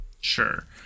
Sure